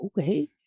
okay